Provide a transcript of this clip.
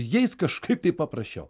jais kažkaip tai paprasčiau